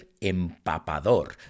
empapador